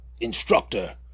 instructor